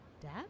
Dad